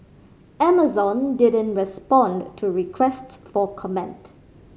Amazon didn't respond to requests for comment